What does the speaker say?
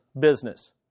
business